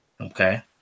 Okay